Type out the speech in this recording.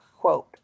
quote